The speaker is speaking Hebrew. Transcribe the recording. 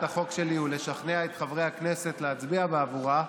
החוק שלי ולשכנע את חברי הכנסת להצביע בעבורה,